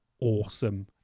awesome